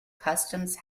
customs